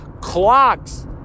clocks